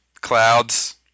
Clouds